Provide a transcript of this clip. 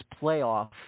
playoff